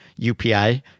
UPI